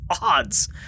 odds